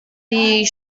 die